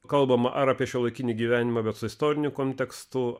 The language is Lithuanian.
kalbama ar apie šiuolaikinį gyvenimą bet su istoriniu kontekstu